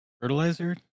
fertilizer